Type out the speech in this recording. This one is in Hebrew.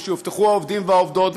ושיובטחו העובדים והעובדות,